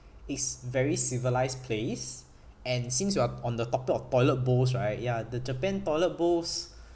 it's very civilised place and since you are on the topic of toilet bowls right ya the japan toilet bowls